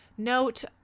Note